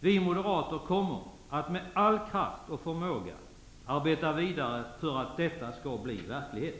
Vi moderater kommer att med all kraft och förmåga arbeta vidare för att detta skall bli verklighet.